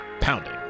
pounding